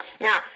Now